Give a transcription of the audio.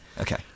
Okay